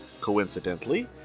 Coincidentally